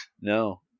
No